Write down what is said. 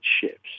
ships